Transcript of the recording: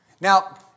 Now